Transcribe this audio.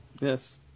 Yes